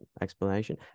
explanation